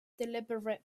deliberate